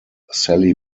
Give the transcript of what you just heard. sallie